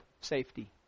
safety